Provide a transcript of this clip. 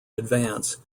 advance